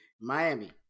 miami